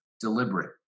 deliberate